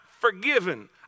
forgiven